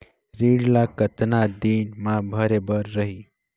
ऋण ला कतना दिन मा भरे बर रही?